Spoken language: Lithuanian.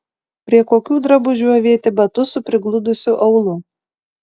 prie kokių drabužių avėti batus su prigludusiu aulu